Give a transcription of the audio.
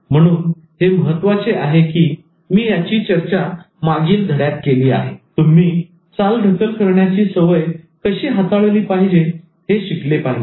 म्हणून हे महत्त्वाचे आहे की मी याची चर्चा मागील धड्यात केली आहे तुम्ही चालढकल करण्याची सवय कशी हाताळली पाहिजे हे शिकले पाहिजे